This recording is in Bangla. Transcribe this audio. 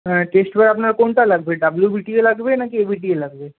হ্যাঁ টেস্ট পেপার আপনার কোনটা লাগবে ডব্লিউ বি টি এ লাগবে না কি এ বি টি এ লাগবে